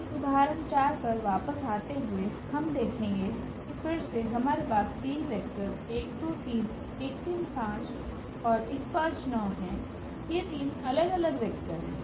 इस उदाहरण 4 पर वापस आते हुए हम देखेंगे कि फिर से हमारे पास तीन वेक्टर हैं ये तीन अलग अलग वेक्टर हैं